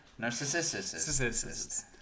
Narcissist